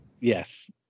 Yes